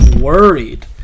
worried